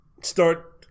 start